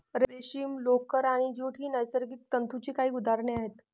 रेशीम, लोकर आणि ज्यूट ही नैसर्गिक तंतूंची काही उदाहरणे आहेत